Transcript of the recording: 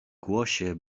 głosie